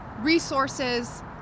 resources